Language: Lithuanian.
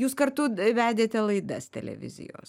jūs kartu vedėte laidas televizijos